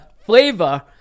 flavor